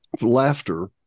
laughter